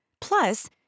Plus